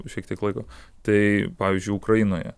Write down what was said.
šiek tiek laiko tai pavyzdžiui ukrainoje